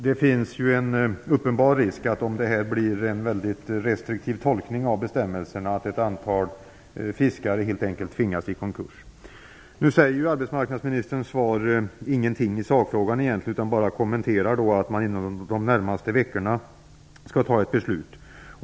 Det finns en uppenbar risk att om det blir en mycket restriktiv tolkning av bestämmelserna, kommer ett antal fiskare helt enkelt att tvingas gå i konkurs. Arbetsmarknadsministern säger i sitt svar egentligen ingenting i sakfrågan. Han gör bara den kommentaren att man inom de närmaste veckorna skall ta ett beslut.